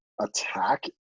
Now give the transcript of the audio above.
attack